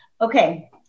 Okay